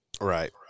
Right